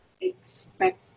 expect